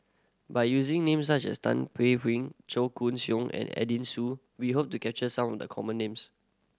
by using name such as Tan Paey Chong Koon Siong and Edwin Siew we hope to capture some of the common names